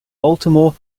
baltimore